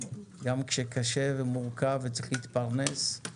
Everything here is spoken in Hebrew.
גם כשקשה ומורכב וצריך להתפרנס.